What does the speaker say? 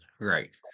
Right